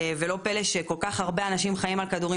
ולא פלא שכל כך הרבה אנשים חיים על כדורים